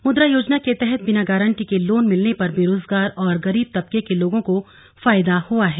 मुद्रा योजना के तहत बिना गारंटी के लोन मिलने पर बेरोजगार और गरीब तबके के लोगों को फायदा हुआ है